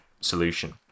solution